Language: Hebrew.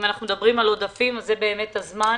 אם אנחנו מדברים על עודפים אז זה באמת הזמן